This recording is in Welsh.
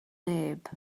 neb